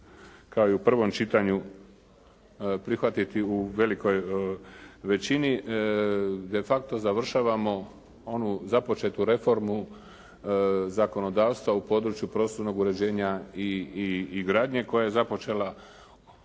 kao i u prvom čitanju prihvatiti u velikoj većini de facto završavamo onu započetu reformu zakonodavstva u području prostornog uređenja i gradnje koja je započela